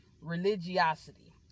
religiosity